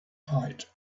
height